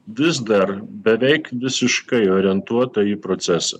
vis dar beveik visiškai orientuota į procesą